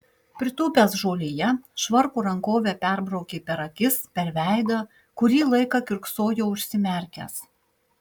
pritūpęs žolėje švarko rankove perbraukė per akis per veidą kurį laiką kiurksojo užsimerkęs